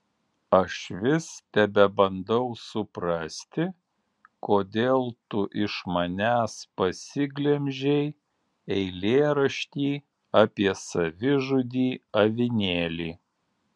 aš vis tebebandau suprasti kodėl tu iš manęs pasiglemžei eilėraštį apie savižudį avinėlį